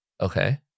Okay